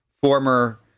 former